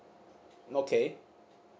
okay